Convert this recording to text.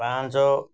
ପାଞ୍ଚ